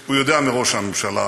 שהוא יודע מראש שהממשלה,